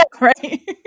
right